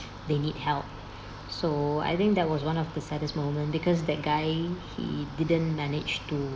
they need help so I think that was one of the saddest moment because that guy he didn't managed to